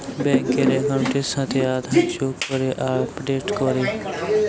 ব্যাংকার একাউন্টের সাথে আধার যোগ করে আপডেট করে